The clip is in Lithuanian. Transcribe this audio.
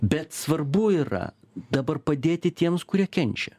bet svarbu yra dabar padėti tiems kurie kenčia